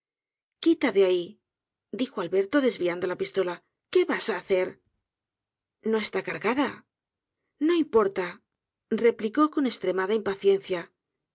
quita de ahi dijo alberto desviando la pistola qué vas á hacer no está cargada r no importa replicó con estremada impaciencia